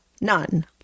none